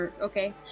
okay